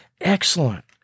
excellent